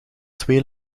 twee